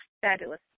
fabulous